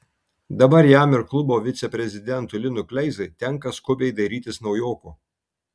dabar jam ir klubo viceprezidentui linui kleizai tenka skubiai dairytis naujoko